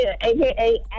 aka